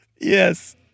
Yes